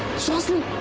suhasini.